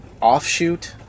Offshoot